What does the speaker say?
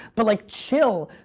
but like chill,